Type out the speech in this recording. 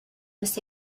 los